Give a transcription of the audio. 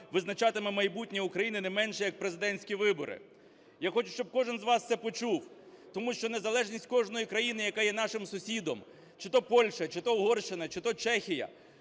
визначатиме майбутнє України не менше як президентські вибори. Я хочу, щоб кожен з вас це почув. Тому що незалежність кожної країни, яка є нашим сусідом: чи то Польща, чи то Угорщина, чи то Чехія,